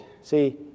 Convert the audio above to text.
See